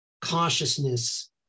consciousness